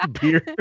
Beer